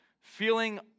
feeling